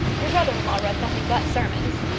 your brother-in-law read nothing but sermons.